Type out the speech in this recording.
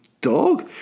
dog